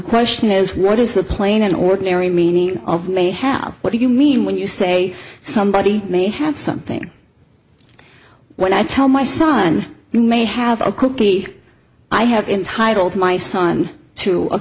question is what is the plain ordinary meaning of may have what do you mean when you say somebody may have something when i tell my son you may have a cookie i have intitled my son to a